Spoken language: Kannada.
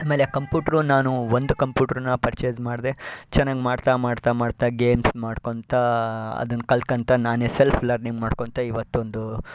ಆಮೇಲೆ ಕಂಪೂಟ್ರು ನಾನು ಒಂದು ಕಂಪೂಟ್ರ್ನ ಪರ್ಚೇಸ್ ಮಾಡಿದೆ ಚೆನ್ನಾಗಿ ಮಾಡ್ತಾ ಮಾಡ್ತಾ ಮಾಡ್ತಾ ಗೇಮ್ಸ್ ಮಾಡ್ಕೊತ ಅದನ್ನು ಕಲ್ಕಂತ ನಾನೇ ಸೆಲ್ಫ್ ಲರ್ನಿಂಗ್ ಮಾಡ್ಕೊತ ಇವತ್ತೊಂದು